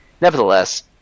nevertheless